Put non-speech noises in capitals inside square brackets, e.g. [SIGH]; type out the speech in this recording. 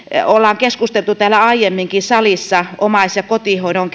olemme keskustelleet täällä aiemminkin salissa omais ja kotihoidon [UNINTELLIGIBLE]